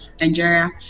Nigeria